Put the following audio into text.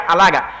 Alaga